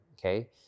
Okay